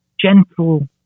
gentle